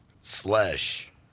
slash